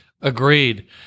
Agreed